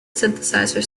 synthesizer